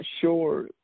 sure